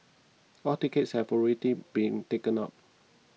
all tickets have already been taken up